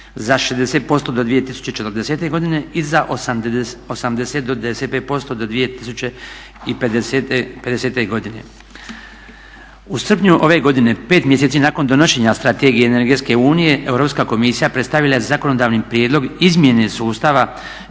za 60% do 2040. godine i za 80%-95% do 2050. godine. U srpnju ove godine, pet mjeseci nakon donošenja Strategije energetske unije, Europska komisija predstavila je zakonodavni prijedlog izmjene sustava